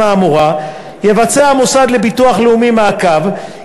האמורה יבצע המוסד לביטוח לאומי מעקב,